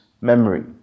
memory